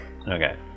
Okay